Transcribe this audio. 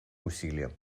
усилиям